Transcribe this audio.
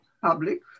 public